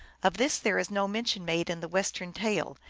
of this there is no mention made in the western tale,